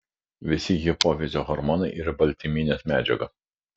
visi hipofizio hormonai yra baltyminės medžiagos